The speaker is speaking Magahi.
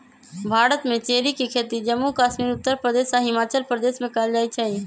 भारत में चेरी के खेती जम्मू कश्मीर उत्तर प्रदेश आ हिमाचल प्रदेश में कएल जाई छई